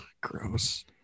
gross